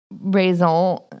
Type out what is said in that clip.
raison